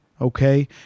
okay